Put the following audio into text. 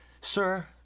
sir